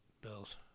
Bills